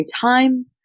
time